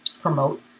promote